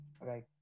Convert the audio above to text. right